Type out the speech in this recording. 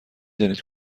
دانید